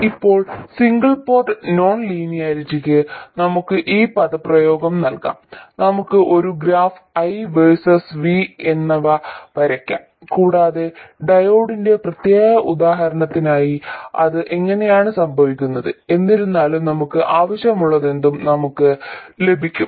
ഇപ്പോൾ single port non ലീനിയാരിറ്റിക്ക് നമുക്ക് ഈ പദപ്രയോഗം നൽകാം നമുക്ക് ഒരു ഗ്രാഫ് I വേഴ്സസ് V എന്നിവ വരയ്ക്കാം കൂടാതെ ഡയോഡിന്റെ പ്രത്യേക ഉദാഹരണത്തിനായി അത് അങ്ങനെയാണ് സംഭവിക്കുന്നത് എന്നിരുന്നാലും നമുക്ക് ആവശ്യമുള്ളതെന്തും നമുക്ക് ലഭിക്കും